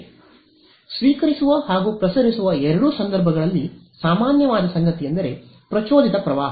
ಆದ್ದರಿಂದ ಸ್ವೀಕರಿಸುವ ಹಾಗೂ ಪ್ರಸರಿಸುವ ಎರಡೂ ಸಂದರ್ಭಗಳಲ್ಲಿ ಸಾಮಾನ್ಯವಾದ ಸಂಗತಿಯೆಂದರೆ ಪ್ರಚೋದಿತ ಪ್ರವಾಹ